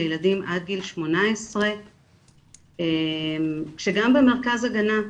לילדים עד גיל 18 שגם במרכז הגנה,